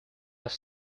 have